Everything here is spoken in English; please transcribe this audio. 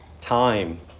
time